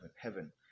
heaven